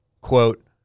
Quote